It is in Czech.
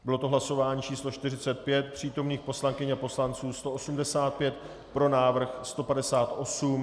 Bylo to hlasování číslo 45, přítomných poslankyň a poslanců 185, pro návrh 158.